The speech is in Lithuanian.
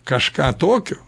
kažką tokio